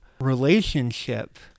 relationship